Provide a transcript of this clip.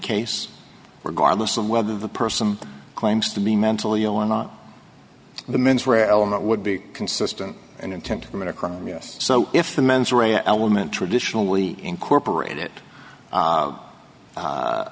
case regardless of whether the person claims to be mentally ill and the men's wear element would be consistent and intent to commit a crime yes so if the mens rea element traditionally incorporate it